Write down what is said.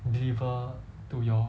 deliver to your